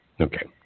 Okay